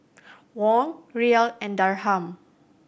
Won Riyal and Dirham